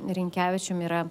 rinkevičium yra